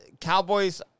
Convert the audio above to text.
Cowboys